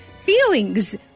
feelings